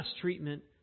treatment